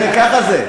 ככה זה.